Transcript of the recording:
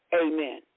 Amen